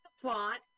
plot